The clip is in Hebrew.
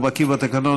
שהוא בקיא בתקנון,